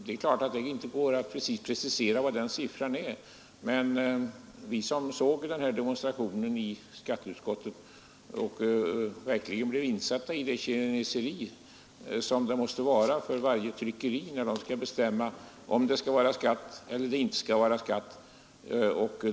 Det är klart att det inte går att exakt precisera den siffran, men vi som såg demonstrationen i skatteutskottet blev verkligen insatta i det kineseri det måste vara för varje tryckeri att bestämma om det skall vara skatt eller inte.